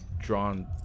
drawn